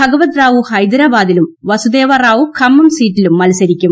ഭഗവത് റാവു ഹൈദ്രാബാദിലും വസുദേവ റാവു ഖമ്മം സീറ്റിലും മത്സരിക്കും